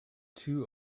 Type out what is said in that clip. two